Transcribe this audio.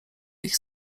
ich